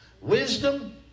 wisdom